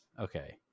Okay